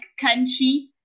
country